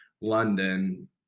London